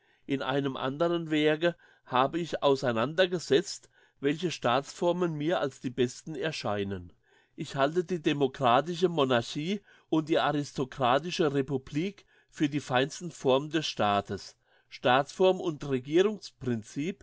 in einem anderen werke habe ich auseinandergesetzt welche staatsformen mir als die besten erscheinen ich halte die demokratische monarchie und die aristokratische republik für die feinsten formen des staates staatsform und